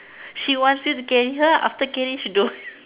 he wants to carry her after carry she go